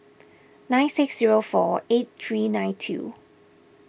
nine six zero four eight three nine two